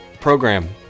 program